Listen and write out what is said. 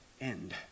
end